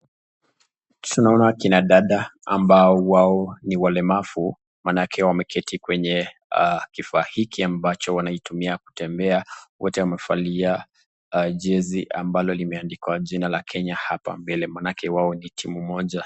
Tunaona kina dada ambao wao ni walemavu maanake wameketi kwenye kifaa hiki ambacho wanaitumia kutembea, wote wamevalia jezi ambalo limeandikwa jina la Kenya hapa mbele maanake wao ni timu moja.